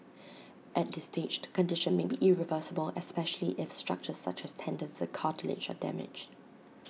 at this stage the condition may be irreversible especially if structures such as tendons and cartilage are damaged